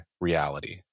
reality